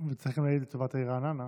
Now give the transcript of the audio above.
צריך להגיד לטובת העיר רעננה,